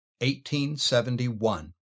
1871